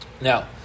Now